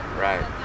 right